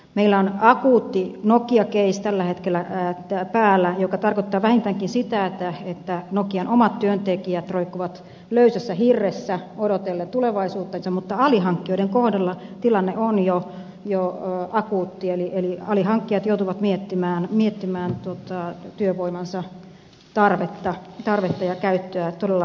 meillä on akuutti nokia case tällä hetkellä päällä mikä tarkoittaa vähintäänkin sitä että nokian omat työntekijät roikkuvat löysässä hirressä odotellen tulevaisuuttansa mutta alihankkijoiden kohdalla tilanne on jo akuutti eli alihankkijat joutuvat miettimään työvoimansa tarvetta ja käyttöä todella raskaasti